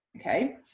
Okay